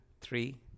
three